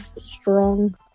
strong